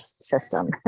system